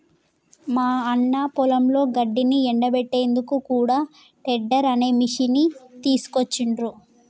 మా అన్న పొలంలో గడ్డిని ఎండపెట్టేందుకు కూడా టెడ్డర్ అనే మిషిని తీసుకొచ్చిండ్రు